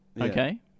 okay